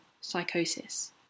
psychosis